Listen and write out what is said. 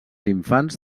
infants